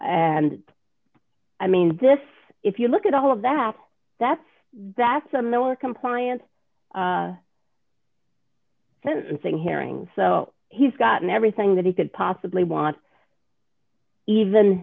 and i mean this if you look at all of that that's that's a miller compliance sentencing hearing so he's gotten everything that he could possibly want even